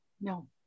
No